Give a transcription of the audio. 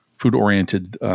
food-oriented